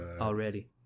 Already